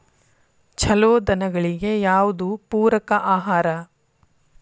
ಛಲೋ ದನಗಳಿಗೆ ಯಾವ್ದು ಪೂರಕ ಆಹಾರ?